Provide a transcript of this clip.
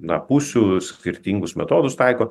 na pusių skirtingus metodus taiko